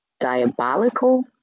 diabolical